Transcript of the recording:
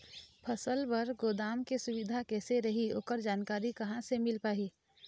फसल बर गोदाम के सुविधा कैसे रही ओकर जानकारी कहा से मिल पाही?